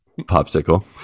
Popsicle